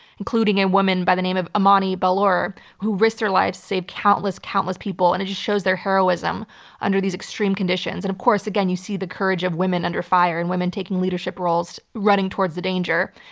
including a woman by the name of amani ballour who risked her life to save countless, countless people, and it just shows their heroism under these extreme conditions. and of course, again, you see the courage of women under fire and women taking leadership roles, running towards the danger.